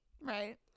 Right